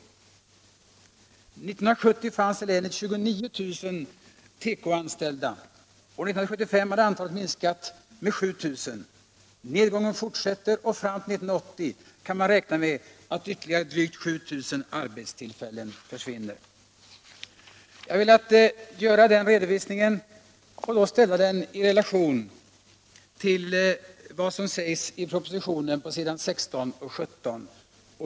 1970 fanns i länet 29 000 tekoanställda. År 1975 hade antalet minskat med 7000. Nedgången fortsätter och fram till 1980 kan man räkna med att ytterligare drygt 7000 arbetstillfällen försvinner. Jag har velat göra denna redovisning och ställa den i relation till vad som sägs i propositionen på s. 16 och 17.